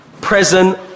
present